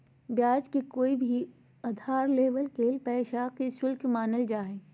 ब्याज के कोय भी उधार लेवल गेल पैसा के शुल्क मानल जा हय